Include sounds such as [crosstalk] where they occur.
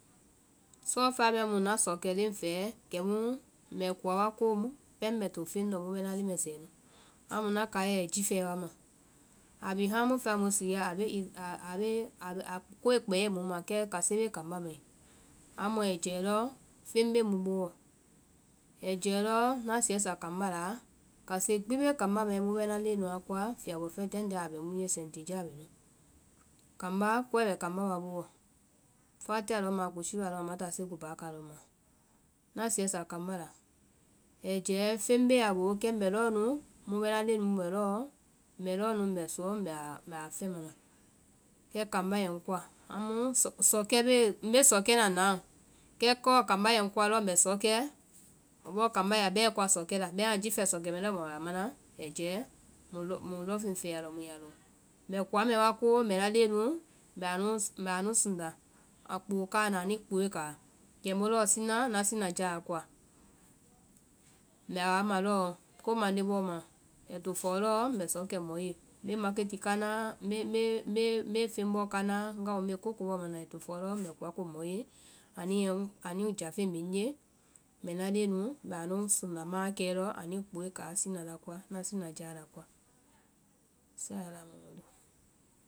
sɔɔfɛa mɛɛ mu ŋna sɔkɛ léŋ fɛɛ, kɛmu mbɛ koa wa koo pɛŋ mbɛ to feŋlɔŋ mu bɛ ŋna leŋmɛsɛɛ nu. Amu ŋna kaiɛ ai jifɛɛ wa ma, a bi hãaa mu fɛla mu siia [hesitation] koa kpɛa mu ŋma, kɛ kase bee kambá mai, ai jɛɛlɔɔ feŋ bee mu booɔ, ai jɛɛlɔɔ ŋna sɛɛsa kambá laa kase gbi bee kambá mai mu bɛ ŋna leŋɛ nu a koa fiyabɔ fɛjanja bɛ mu ye, sɛtiya bɛ nu. Kambáa, koe bɛ kambá wa booɔ, fatiya lɔhɔmaɔ, kushea lɔhɔmaɔ, maãda seku baakaa lɔhɔma lɔ. Ŋna sɛɛsa kambá la, ai jɛɛ feŋ bee a boo kɛ ŋbɛ lɔɔ nu, mu bɛ ŋna leŋɛ nu bɛ lɔɔ, mbɛ lɔɔ mbɛ suɔ mbɛ a fɛmana. Kɛ kambá yɛ ŋ kɔa, amu sɔkɛ bee, mbɛ sɔkɛ na now, kɛ kɔɔ kambá yɛ ŋkɔa lɔɔ mbɛ sɔ kɛɛ, bɔɔ kambá ya a bɛɛ kɔa sɔkɛ la, bɛmaã jifɛ sɔkɛ mɛɛ lɔɔ mu a bɛ a mana, ai jɛɛ muĩ lɔŋfeŋ fɛɛ a lɔ mu yaa lɔŋ. mbɛ koa mɛɛ wa koo, mbɛ ŋna leŋɛ nu mbɛ anu sunda a kpoo kaa na anuĩ kpooe kaa, ani kpooe kaa kɛmu lɔɔ sina ŋna sinajaa a koa. Mbɛ a wa ma lɔɔ ko mande bɔɔ ma, ai to fɔɔ lɔɔ mbɛ sɔ kɔ mɔ ye, mbɛ makiti kanaa, mbɛ feŋ bɔɔ kanaa, ŋga oo mbɛ koo ko bɔ mana, ai to fɔɔ lɔɔ mbɛ koa ko mɔ ye ani yɛ, ani jáfeŋ bee ŋnye mbɛ ŋna leŋɛ nu mbɛ anu sunda maãkɛɛ lɔɔ, ani kpooe kaa sina la koa, ŋna sina jaa la koa, sɛiala mɔmɔdi.